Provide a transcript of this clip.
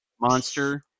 monster